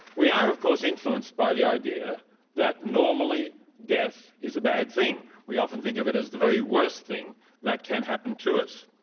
we are, of course, influenced by the idea that normally death is a bad thing. we often think of it as the very worst thing that can happen to us.